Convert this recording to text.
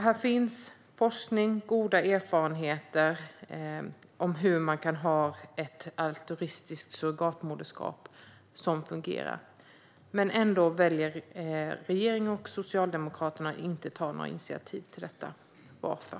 Det finns alltså forskning och goda erfarenheter om hur man kan ha ett altruistiskt surrogatmoderskap som fungerar. Ändå väljer regeringen och Socialdemokraterna att inte ta några initiativ till detta. Varför?